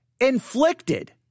inflicted